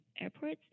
airports